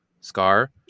scar